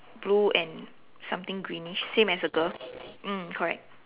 blue and something greenish same as the girl mm correct